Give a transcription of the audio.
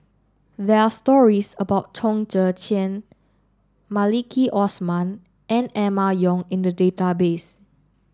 there are stories about Chong Tze Chien Maliki Osman and Emma Yong in the database